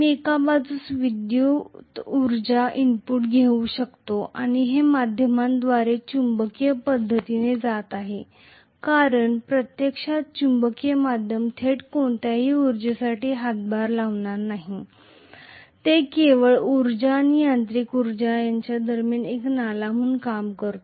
मी एका बाजूला विद्युत उर्जा इनपुट घेऊ शकतो आणि हे माध्यमांद्वारे चुंबकीय पद्धतीने जात आहे कारण प्रत्यक्षात चुंबकीय माध्यम थेट कोणत्याही उर्जेसाठी हातभार लावणार नाही ते केवळ ऊर्जा आणि यांत्रिक ऊर्जा दरम्यान एक नाला म्हणून काम करते